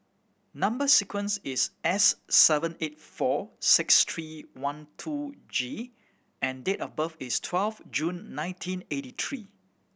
number sequence is S seven eight four six three one two G and date of birth is twelve June nineteen eighty three